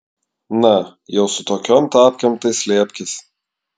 na jau su tokiom tapkėm tai slėpkis